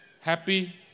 happy